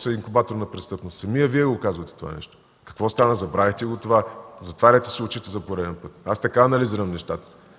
са инкубатор на престъпност. Самият Вие го казвате това нещо! Какво стана, забравихте го това? Затваряте си очите за пореден път. Аз така анализирам нещата.